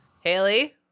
Haley